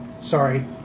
Sorry